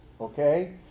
okay